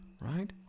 Right